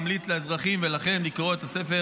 אני ממליץ לאזרחים ולכם לקרוא את הספר